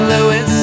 Louis